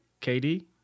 KD